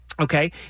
Okay